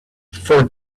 for